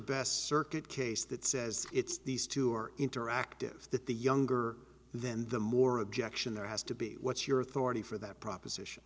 best circuit case that says it's these two are interactive that the younger then the more objection there has to be what's your authority for that proposition